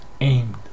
aimed